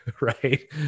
Right